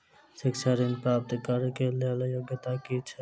शिक्षा ऋण प्राप्त करऽ कऽ लेल योग्यता की छई?